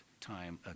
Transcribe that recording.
time